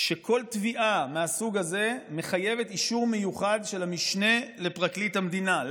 שכל תביעה מהסוג הזה מחייבת אישור מיוחד של המשנה לפרקליט המדינה.